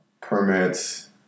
permits